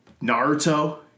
Naruto